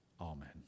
Amen